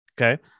Okay